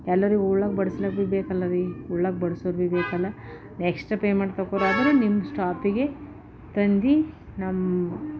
ಎಲ್ಲರಿಗೆ ಉಣ್ಣಕ್ ಬಡ್ಸ್ಲಿಕ್ಕೆ ಬೇಕಲ್ಲ ರೀ ಉಣ್ಣಕ್ ಬಡಿಸೋರು ಭೀ ಬೇಕಲ್ಲ ಎಕ್ಸ್ಟ್ರಾ ಪೆ ಮಾಡ್ಬೇಕಾದ್ರೆ ನಿಮ್ಮ ಸ್ಟಾಫಿಗೆ ತಂದು ನಮ್ಮ